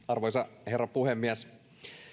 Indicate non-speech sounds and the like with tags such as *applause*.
*unintelligible* arvoisa herra puhemies